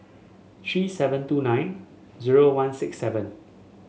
three seven two nine zero one six seven